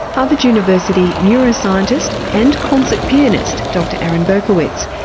harvard university neuroscientist and concert pianist dr aaron berkowitz.